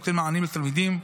ונותן מענים לתלמידים,